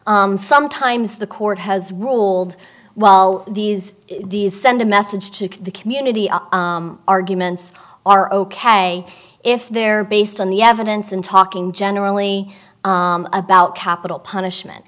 sometimes the court has ruled well these these send a message to the can unity arguments are ok if they're based on the evidence and talking generally about capital punishment